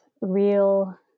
real